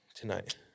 tonight